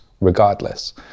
regardless